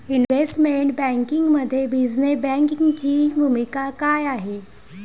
Investment बँकिंगमध्ये business बँकिंगची भूमिका काय आहे?